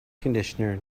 conditioner